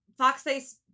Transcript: Foxface